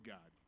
God